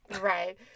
Right